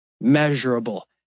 measurable